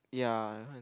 ya